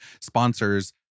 sponsors